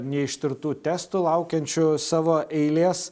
neištirtų testų laukiančių savo eilės